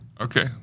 Okay